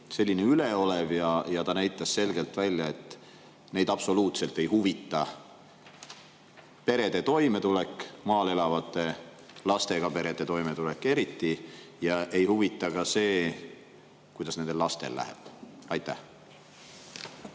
selgelt üleolev ja ta näitas selgelt välja, et neid absoluutselt ei huvita perede toimetulek, eriti maal elavate lastega perede toimetulek, ja ei huvita ka see, kuidas nendel lastel läheb. Aitäh,